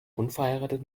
unverheiratet